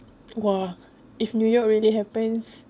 !whoa! if new york really happens